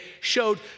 showed